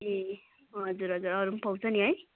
ए हजुर हजुर अरू पनि पाउँछ नि है